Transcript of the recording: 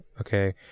Okay